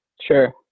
Sure